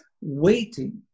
waiting